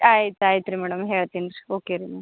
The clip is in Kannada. ಆಯ್ತು ಆಯ್ತು ರೀ ಮೇಡಮ್ ಹೇಳ್ತೀನಿ ರೀ ಓಕೆ ರೀ ಮ್ಯಾಮ್